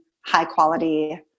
high-quality